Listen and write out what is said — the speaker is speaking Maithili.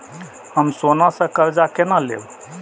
हम सोना से कर्जा केना लैब?